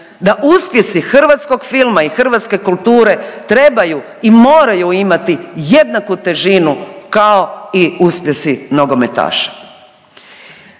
da uspjesi hrvatskog filma i hrvatske kulture trebaju i moraju imati jednaku težinu kao i uspjesi nogometaša.